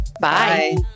Bye